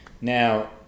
Now